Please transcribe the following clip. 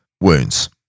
wounds